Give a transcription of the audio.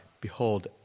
behold